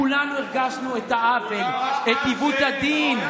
כולנו הרגשנו את העוול, את עיוות הדין.